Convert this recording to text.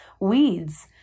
weeds